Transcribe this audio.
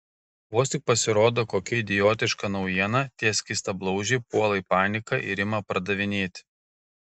vos tik pasirodo kokia idiotiška naujiena tie skystablauzdžiai puola į paniką ir ima pardavinėti